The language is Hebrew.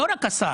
לא רק השר.